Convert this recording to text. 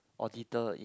auditor in